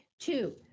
Two